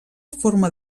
forma